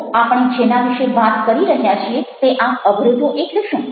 તો આપણે જેના વિશે વાત કરી રહ્યા છીએ તે આ અવરોધો એટલે શું